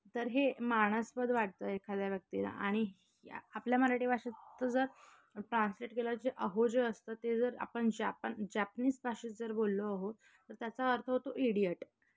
तर हे मानास्पद वाटतं एखाद्या व्यक्तीला आणि ह आपल्या मराठी भाषेतचं जर ट्रान्सलेट केलं जे अहो जे असतं ते जर आपण जॅपान जॅपनीस भाषेत जर बोललो आहो तर त्याचा अर्थ होतो इडियट